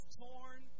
torn